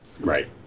Right